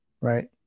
Right